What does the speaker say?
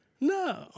No